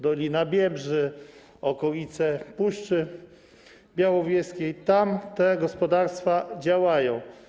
Dolina Biebrzy, okolice Puszczy Białowieskiej - tam te gospodarstwa działają.